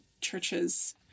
churches